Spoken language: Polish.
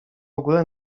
ogóle